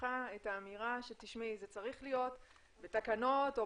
בתשובתך את האמירה שזה צריך להיות בתקנות או